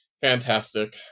fantastic